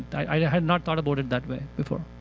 i had not thought about it that way before.